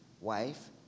wife